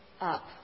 up